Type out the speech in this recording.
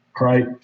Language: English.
right